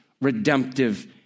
redemptive